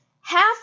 half